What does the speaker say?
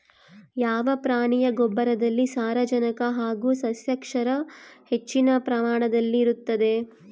ಯಾವ ಪ್ರಾಣಿಯ ಗೊಬ್ಬರದಲ್ಲಿ ಸಾರಜನಕ ಹಾಗೂ ಸಸ್ಯಕ್ಷಾರ ಹೆಚ್ಚಿನ ಪ್ರಮಾಣದಲ್ಲಿರುತ್ತದೆ?